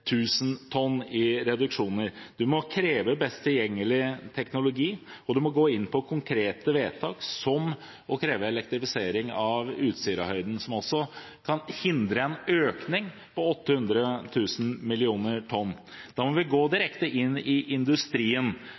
tonn i reduksjoner. En må kreve best tilgjengelig teknologi, og en må gå inn på konkrete vedtak, som å kreve elektrifisering av Utsirahøyden, som også kan hindre en økning på 800 000 tonn. Da må vi gå direkte inn i industrien,